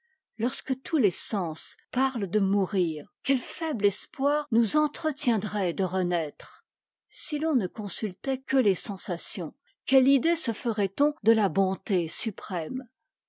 lorsque tous les sens parlent de mourir quel faible espoir nous entretiendrait de renaître si l'on ne consultait que les sensations quelle idée se ferait-on de la bonté suprême